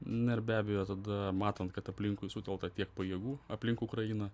na ir be abejo tada matant kad aplinkui sutelkta tiek pajėgų aplink ukrainą